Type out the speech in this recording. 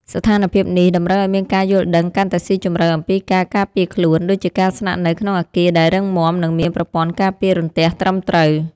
ស្ថានភាពនេះតម្រូវឱ្យមានការយល់ដឹងកាន់តែស៊ីជម្រៅអំពីការការពារខ្លួន ដូចជាការស្នាក់នៅក្នុងអគារដែលរឹងមាំ និងមានប្រព័ន្ធការពាររន្ទះត្រឹមត្រូវ។